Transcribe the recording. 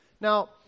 Now